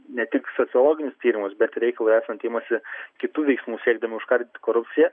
ne tik sociologinius tyrimus bet reikalui esant imasi kitų veiksmų siekdami užkardyti korupciją